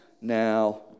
Now